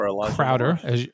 Crowder